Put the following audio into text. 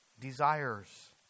Desires